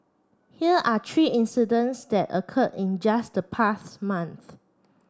here are three incidents that occurred in just the past month